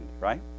right